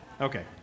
Okay